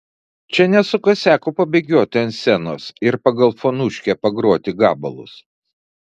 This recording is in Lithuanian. čia ne su kasiaku pabėgioti ant scenos ir pagal fonuškę pagroti gabalus